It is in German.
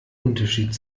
unterschied